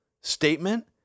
statement